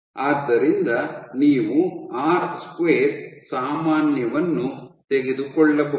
ಆದ್ದರಿಂದ ನೀವು R square ಸಾಮಾನ್ಯವನ್ನು ತೆಗೆದುಕೊಳ್ಳಬಹುದು